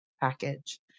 Package